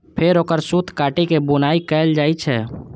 फेर ओकर सूत काटि के बुनाइ कैल जाइ छै